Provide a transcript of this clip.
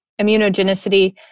immunogenicity